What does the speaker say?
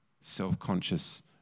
self-conscious